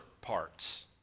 parts